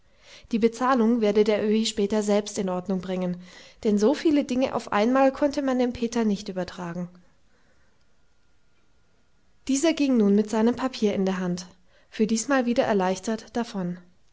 die bezahlung werde der öhi später selbst in ordnung bringen denn so viele dinge auf einmal konnte man dem peter nicht übertragen dieser ging nun mit seinem papier in der hand für diesmal wieder erleichtert davon